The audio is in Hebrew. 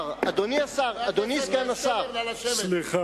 אדוני סגן השר,